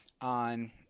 on